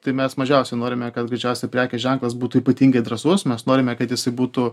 tai mes mažiausiai norime kad greičiausiai prekės ženklas būtų ypatingai drąsus mes norime kad jisai būtų